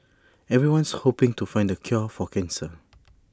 everyone's hoping to find the cure for cancer